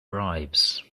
bribes